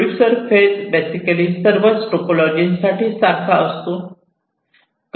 producer phase basically सर्वच topology साठी सारखाच असतो